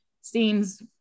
seems